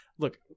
Look